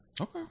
Okay